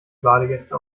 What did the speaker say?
badegäste